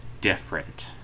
different